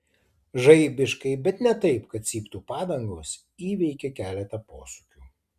žaibiškai bet ne taip kad cyptų padangos įveikė keletą posūkių